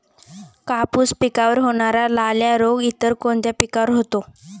कापूस पिकावर होणारा लाल्या रोग इतर कोणत्या पिकावर होतो?